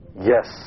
Yes